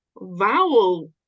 vowel